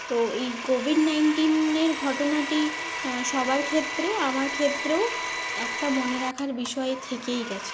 তো এই কোভিড নাইন্টিনের ঘটনাটি সবার ক্ষেত্রে আমার ক্ষেত্রেও একটা মনে রাখার বিষয় থেকেই গিয়েছে